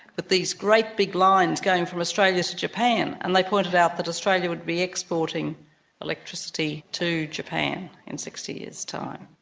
but these great big lines going from australia to japan, and they pointed out that australia would be exporting electricity to japan in sixty years' time.